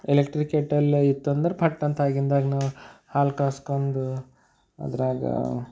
electric kettle ಇತ್ತಂದ್ರೆ ಫಟ್ ಅಂತ ಆಗಿಂದ ಆಗ ನಾವು ಹಾಲು ಕಾಸ್ಕೊಂಡು ಅದ್ರಾಗ